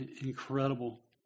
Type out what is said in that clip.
incredible